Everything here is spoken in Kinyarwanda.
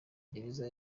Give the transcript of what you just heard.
gereza